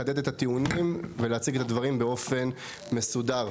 לחדד את הטיעונים ולהציג את הדברים באופן מסודר.